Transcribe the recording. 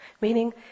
Meaning